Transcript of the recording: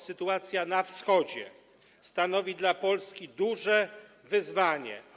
Sytuacja na Wschodzie stanowi dla Polski duże wyzwanie.